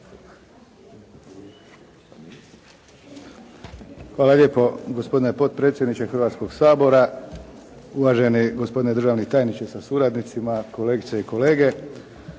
Hvala lijepa gospodine potpredsjedniče, poštovani gospodine državni tajniče sa suradnicima, uvažene kolegice i kolege.